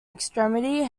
extremity